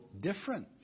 difference